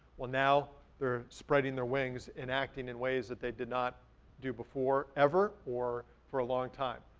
well now, they're spreading their wings and acting in ways that they did not do before, ever, or for a long time.